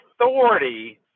authority